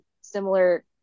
similar